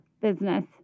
business